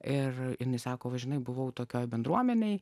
ir ir nesako va žinai buvau tokioje bendruomenėje